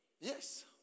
Yes